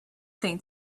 thing